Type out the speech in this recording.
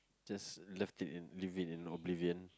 just left it in leave it in oblivion